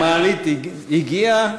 המעלית הגיעה,